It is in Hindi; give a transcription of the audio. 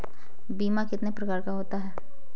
बीमा कितने प्रकार का होता है?